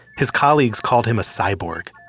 his colleagues called him a cyborg.